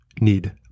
need